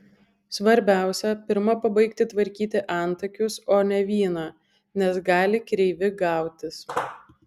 svarbiausia pirma pabaigti tvarkyti antakius o ne vyną nes gali kreivi gautis